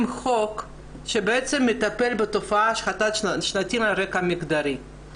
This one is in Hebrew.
חוק שבעצם מטפל בהשחתת שלטים על רקע מגדרי.